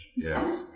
Yes